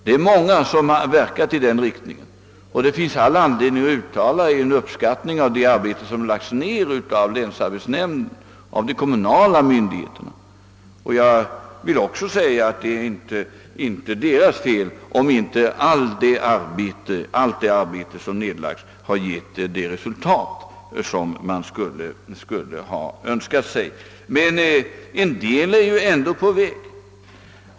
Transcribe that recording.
Det är många som arbetat i den riktningen, och det finns all anledning att uttala uppskattning av det arbete som lagts ned av länsarbetsnämnden och de kommunala myndigheterna. Jag vill också säga att det inte är dessa instansers fel om inte allt det arbete som lagts ned givit det resultat som man kunde ha önskat. Men en del är ju ändå på väg.